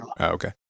okay